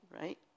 right